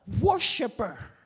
worshiper